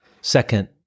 second